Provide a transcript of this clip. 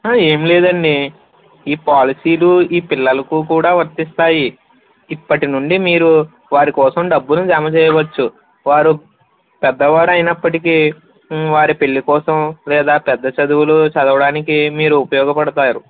ఏం లేదండి ఈ పాలసీలు ఈ పిల్లలకి కూడా వర్తిస్తాయి ఇప్పటినుండి మీరు వారికోసం డబ్బులు జమ చేయవచ్చు వారు పెద్దవారైనప్పటికీ వారి పెళ్ళి కోసం లేదా పెద్ద చదువులు చదవడానికి మీరు ఉపయోగపడతారు